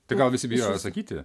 tai gal visi bijojo sakyti